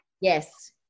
Yes